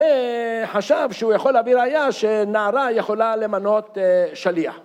חשב שהוא יכול להביא ראייה שנערה יכולה למנות שליח.